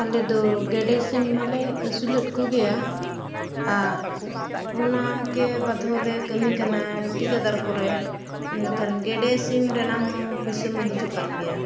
ᱟᱞᱮᱫᱚ ᱜᱮᱰᱮ ᱥᱤᱢ ᱢᱟᱞᱮ ᱟᱹᱥᱩᱞᱮᱫ ᱠᱚᱜᱮᱭᱟ ᱟᱨ ᱚᱱᱟ ᱠᱮ ᱵᱟᱫᱷᱚ ᱞᱮ ᱠᱟᱹᱢᱤ ᱠᱟᱱᱟ ᱴᱷᱤᱠᱟᱹᱫᱟᱨ ᱠᱚᱨᱮ ᱮᱱᱠᱷᱟᱱ ᱜᱮᱰᱮ ᱥᱤᱢ ᱨᱮᱱᱟᱝ ᱦᱚᱸ ᱯᱩᱭᱥᱟᱹ ᱢᱟ ᱦᱤᱡᱩᱜ ᱠᱟᱱ ᱜᱮᱭᱟ